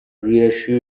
reassure